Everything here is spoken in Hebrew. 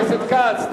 13)